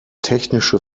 technische